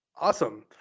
Awesome